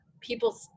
People